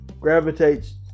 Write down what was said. gravitates